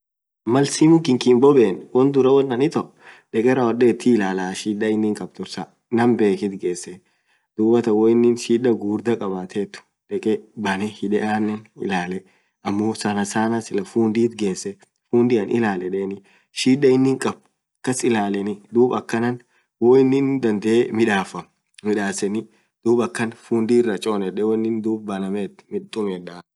maal simuun kiiy hinbobeen nam bekhiit gesee ilalla duub ho innin shidaa gugurda kabaatee anen bane hidee, fundit geseeilaal edeenii, shida innin kaab kass ilaaleni duub akassit midasenii.